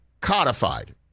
codified